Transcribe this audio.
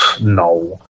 No